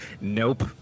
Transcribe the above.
Nope